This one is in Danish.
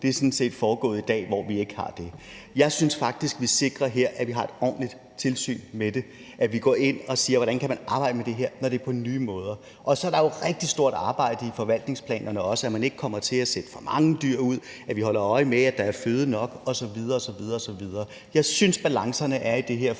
Det er sådan set foregået i dag, hvor vi ikke har det. Jeg synes faktisk, vi sikrer her, at vi har et ordentligt tilsyn med det. Vi går ind og siger: Hvordan kan man arbejde med det her, når det er på nye måder? Og så er der jo også et rigtig stort arbejde i forvaltningsplanerne med, at man ikke kommer til at sætte for mange dyr ud, at vi holder øje med, at der er føde nok osv. osv. Jeg synes, balancerne er i det her forslag.